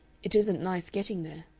it isn't nice getting there.